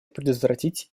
предотвратить